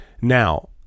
Now